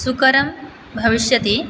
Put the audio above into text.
सुकरं भविष्यति